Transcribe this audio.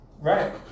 Right